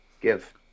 give